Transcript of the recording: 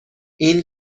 این